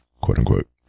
quote-unquote